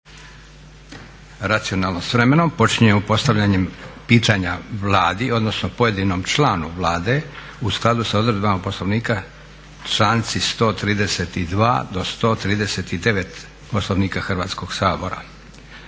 Racionalno s vremenom počinjemo postavljanjem pitanja Vladi odnosno pojedinom članu Vlade u skladu s odredbama Poslovnika, članci 132. do 139. Poslovnika Hrvatskog sabora.